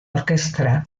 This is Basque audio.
orkestra